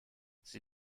sie